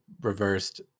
reversed